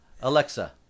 Alexa